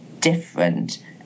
different